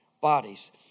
bodies